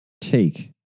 take